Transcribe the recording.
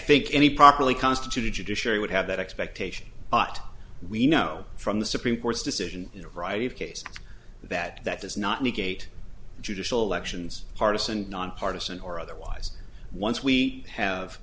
think any properly constituted judiciary would have that expectation but we know from the supreme court's decision in a variety of cases that that does not negate judicial elections partisan nonpartisan or otherwise once we have